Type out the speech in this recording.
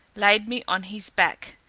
laid me on his back,